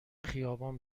خیابان